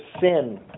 sin